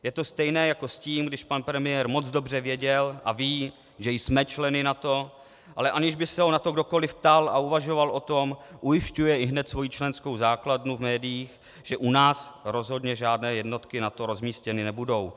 Je to stejné jako s tím, když pan premiér moc dobře věděl a ví, že jsme členy NATO, ale aniž by se ho na to kdokoliv ptal a uvažoval o tom, ujišťuje ihned svoji členskou základnu v médiích, že u nás rozhodně žádné jednotky NATO rozmístěny nebudou.